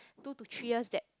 two to three years that